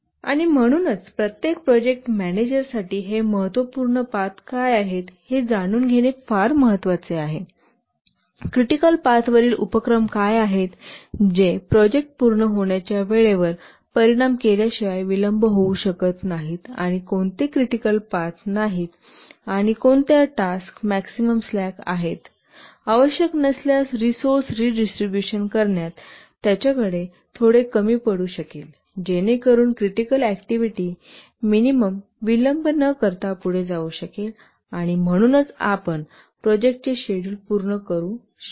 आणि म्हणूनच प्रत्येक प्रोजेक्ट मॅनेजरसाठी हे महत्वपूर्ण पाथ काय आहेत हे जाणून घेणे फार महत्वाचे आहे क्रिटिकल पाथवरील उपक्रम काय आहेत जे प्रोजेक्ट पूर्ण होण्याच्या वेळेवर परिणाम केल्याशिवाय विलंब होऊ शकत नाहीत आणि कोणते क्रिटिकल पाथ नाहीत आणि कोणत्या टास्क मॅक्सिमम स्लॅक आहेत आवश्यक नसल्यास रिसोर्स रिडिस्ट्रिब्युशन करण्यात त्याच्याकडे थोडे कमी पडू शकेल जेणेकरून क्रिटिकल ऍक्टिव्हिटी मिनिमम विलंब न करता पुढे जाऊ शकेल आणि म्हणूनच आपण प्रोजेक्टचे शेड्युल पूर्ण करू शकू